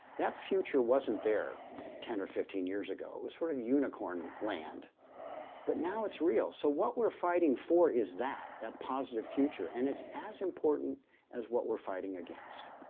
that future wasn't there ten or fifteen years ago. it was sort of unicorn land but now it's real. so what we're fighting for is that that positive future and it's as important as what we're fighting against.